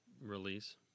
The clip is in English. release